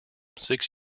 six